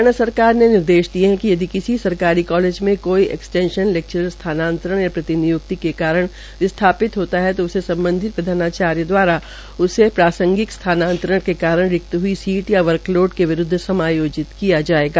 हरियाणा सरकार ने निर्देश दिए हैं कि यदि किसी सरकारी कॉलेज में कोई एक्सटेंशन लेक्चरर स्थानांतरण या प्रतिनिय्क्ति के कारण विस्थापित होता है तो संबंधित प्रधानाचार्य द्वारा उसे प्रासंगिक स्थानांतरण के कारण रिक्त हई सीट या वर्कलोड के विरूदघ समायोजित किया जाएगा